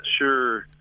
sure